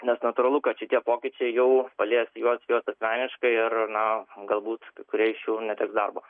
nes natūralu kad šitie pokyčiai jau palies juos juos asmeniškai ir na galbūt kai kurie iš jų neteks darbo